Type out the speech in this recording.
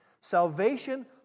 salvation